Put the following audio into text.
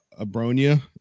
abronia